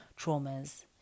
traumas